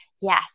yes